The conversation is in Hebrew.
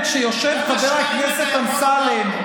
כשיושב חבר הכנסת אמסלם,